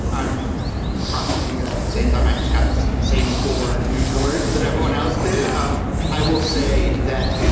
i'm processing this at the same time. i just got to the same four news alerts that everyone else did um i will say that,